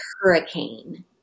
hurricane